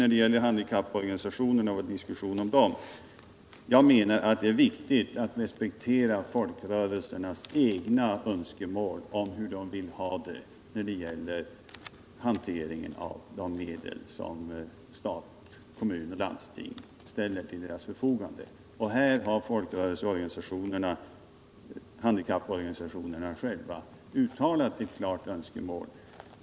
När det gäller diskussionen om handikapporganisationerna menar jag att det är viktigt att respektera folkrörelsernas egna önskemål om hur de vill ha det med hanteringen av de medel som stat, kommun och landsting ställer till deras förfogande. Handikapporganisationerna har själva uttalat ett klart önskemål.